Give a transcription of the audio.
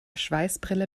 schweißbrille